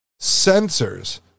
sensors